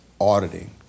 auditing